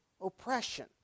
oppression